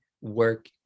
work